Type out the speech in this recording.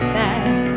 back